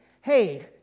Hey